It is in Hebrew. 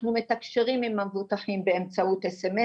אנחנו מתקשרים עם המבוטחים באמצעות הודעות,